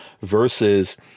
versus